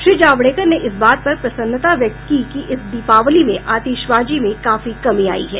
श्री जावड़ेकर ने इस बात पर प्रसन्नता व्यक्त की कि इस दीपावली में आतिशबाजी में काफी कमी आई है